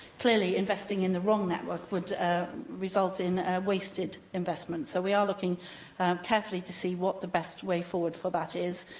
clearly, investing in the wrong network would result in a wasted investment. so, we are looking carefully to see what the best way forward for that is.